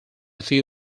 few